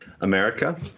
America